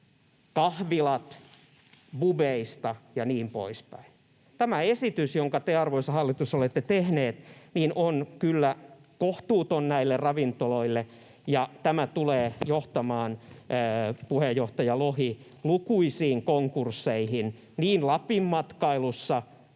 kahvilat pubeista ja niin poispäin. Tämä esitys, jonka te, arvoisa hallitus, olette tehneet, on kyllä kohtuuton näille ravintoloille, ja tämä tulee johtamaan, puheenjohtaja Lohi, lukuisiin konkursseihin niin Lapin matkailussa